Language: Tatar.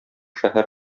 шәһәр